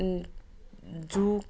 জুক